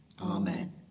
Amen